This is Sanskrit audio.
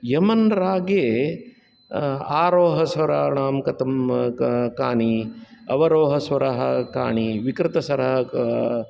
म् एन् रागे आरोहणस्वरः कथम् कानि अवरोहणस्वरः कानि विकृतस्वरः